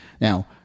Now